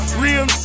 real